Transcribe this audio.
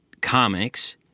comics